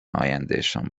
آیندهشان